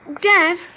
Dad